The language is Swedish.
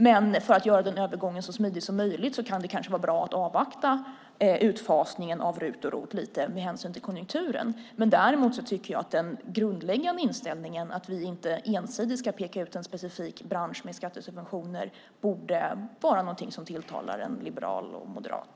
Men för att göra den övergången så smidig som möjlig kan det kanske vara bra att avvakta med utfasningen av RUT och ROT lite, med hänsyn till konjunkturen. Men jag tycker att den grundläggande inställningen, att vi inte ensidigt ska peka ut en specifik bransch när det gäller skattesubventioner, borde vara någonting som tilltalar en liberal och moderat.